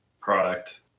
product